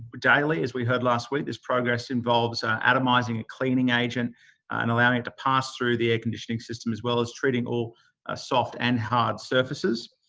daily, as we heard last week. this progress involves atomising a cleaning agent and allowing it to pass through the air conditioning system, as well as treating all ah soft and hard surfaces.